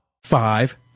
Five